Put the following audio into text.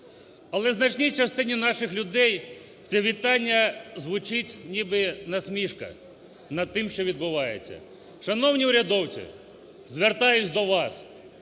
Але значній частині наших людей це вітання звучить ніби насмішка над тим, що відбувається. Шановні урядовці, звертаюсь до вас,